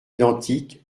identiques